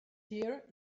here